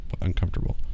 uncomfortable